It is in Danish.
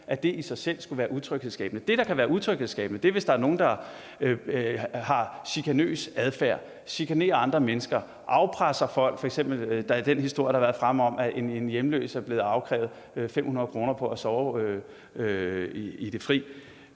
tigger, i sig selv skulle være utryghedsskabende. Det, der kan være utryghedsskabende, er, hvis der er nogen, der udviser chikanøs adfærd og chikanerer andre mennesker, afpresser folk. Der er f.eks. den historie, der har været fremme, om, at en hjemløs er blevet afkrævet 500 kr. for at sove i det fri.